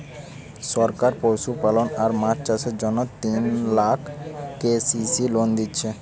সরকার পশুপালন আর মাছ চাষের জন্যে তিন লাখ কে.সি.সি লোন দিচ্ছে